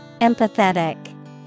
Empathetic